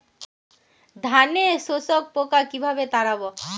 ধানে শোষক পোকা কিভাবে তাড়াব?